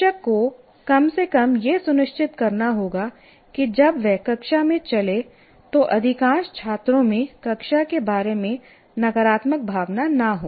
शिक्षक को कम से कम यह सुनिश्चित करना होगा कि जब वह कक्षा में चले तो अधिकांश छात्रों में कक्षा के बारे में नकारात्मक भावना न हो